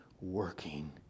working